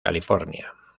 california